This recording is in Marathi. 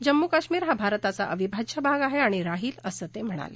जम्मू कश्मीर हा भारताचा अविभाज्य भाग आहे आणि राहील असं ते म्हणाले